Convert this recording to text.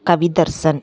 Kavidharshan